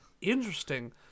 interesting